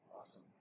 Awesome